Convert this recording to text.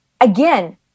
Again